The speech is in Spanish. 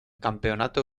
campeonato